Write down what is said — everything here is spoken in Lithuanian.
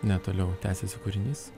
ne toliau tęsiasi kūrinys